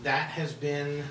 that has been